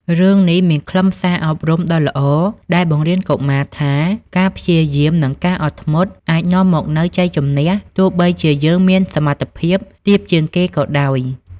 រឿងនេះមានខ្លឹមសារអប់រំដ៏ល្អ ដែលបង្រៀនកុមារថា ការព្យាយាមនិងការអត់ធ្មត់ អាចនាំមកនូវជ័យជម្នះ ទោះបីជាយើងមានសមត្ថភាពទាបជាងគេក៏ដោយ។